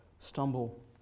stumble